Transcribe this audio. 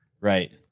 Right